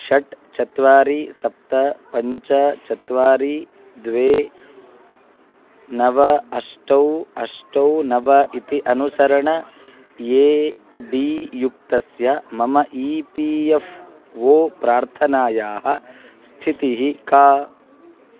षट् चत्वारि सप्त पञ्च चत्वारि द्वे नव अष्टौ अष्टौ नव इति अनुसरण ए डी युक्तस्य मम ई पी एफ़् ओ प्रार्थनायाः स्थितिः का